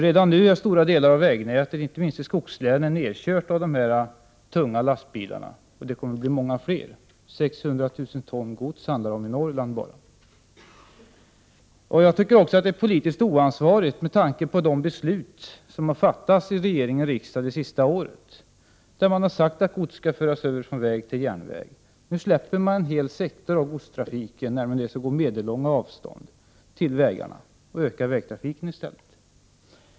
Redan nu är stora delar av vägnätet, inte minst i skogslänen, nedkörda av de tunga lastbilarna. Och dessa lastbilar kommer att bli många fler. Det handlar om 600 000 ton gods bara i Norrland. Detta är också politiskt oansvarigt med tanke på de beslut som har fattats i regering och riksdag under det senaste året. Enligt dessa beslut skall gods föras över från landsväg till järnväg. Nu släpper man över en hel sektor av godstrafik, nämligen den som skall gå på medellånga avstånd, till landsväg och ökar därmed vägtrafiken.